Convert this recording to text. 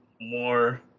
more